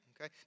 Okay